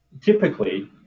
typically